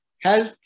health